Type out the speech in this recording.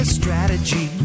strategy